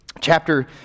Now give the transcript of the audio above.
Chapter